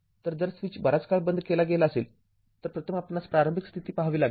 तर जर स्विच बराच काळ बंद केला गेला असेल तर प्रथम आपणास प्रारंभिक स्थिती पहावी लागेल